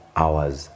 hours